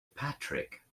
patrick